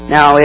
Now